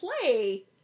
play